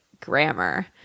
grammar